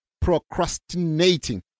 procrastinating